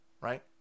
Right